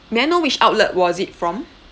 may I know which outlet was it from